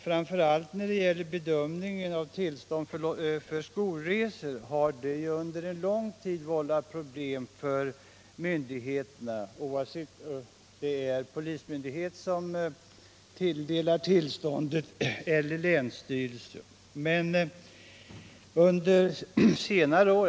Framför allt bedömningen av tillstånd för skolresor har under en lång tid vållat problem för myndigheterna, oavsett om det är polismyndighet eller länsstyrelse som beviljar tillstånd.